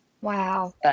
Wow